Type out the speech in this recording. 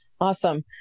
Awesome